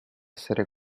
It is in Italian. essere